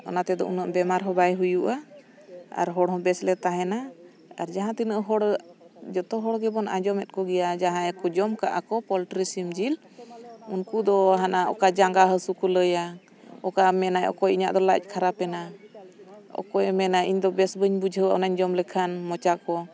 ᱚᱱᱟ ᱛᱮᱫᱚ ᱩᱱᱟᱹᱜ ᱵᱮᱢᱟᱨ ᱦᱚᱸ ᱵᱟᱭ ᱦᱩᱭᱩᱜᱼᱟ ᱟᱨ ᱦᱚᱲᱦᱚᱸ ᱵᱮᱥᱞᱮ ᱛᱟᱦᱮᱱᱟ ᱟᱨ ᱡᱟᱦᱟᱸ ᱛᱤᱱᱟᱹᱜ ᱦᱚᱲ ᱡᱚᱛᱚ ᱦᱚᱲ ᱜᱮᱵᱚᱱ ᱟᱸᱡᱚᱢᱮᱫ ᱠᱚᱜᱮᱭᱟ ᱡᱟᱦᱟᱸᱭ ᱠᱚ ᱡᱚᱢ ᱠᱟᱜᱼᱟᱠᱚ ᱯᱚᱞᱴᱨᱤ ᱥᱤᱢ ᱡᱤᱞ ᱩᱱᱠᱩ ᱫᱚ ᱦᱟᱱᱟ ᱚᱠᱟ ᱡᱟᱸᱜᱟ ᱦᱟᱹᱥᱩ ᱠᱚ ᱞᱟᱹᱭᱟ ᱚᱠᱟ ᱢᱮᱱᱟᱭ ᱚᱠᱚᱭ ᱤᱧᱟᱹᱜ ᱫᱚ ᱞᱟᱡ ᱠᱷᱟᱨᱟᱯ ᱮᱱᱟ ᱚᱠᱚᱭᱮ ᱢᱮᱱᱟ ᱤᱧᱫᱚ ᱵᱮᱥ ᱵᱟᱹᱧ ᱵᱩᱡᱷᱟᱹᱣᱟ ᱚᱱᱟᱧ ᱡᱚᱢ ᱞᱮᱠᱷᱟᱱ ᱢᱚᱪᱟ ᱠᱚ